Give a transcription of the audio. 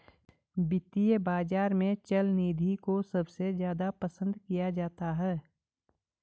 वित्तीय बाजार में चल निधि को सबसे ज्यादा पसन्द किया जाता है